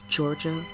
Georgia